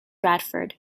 radford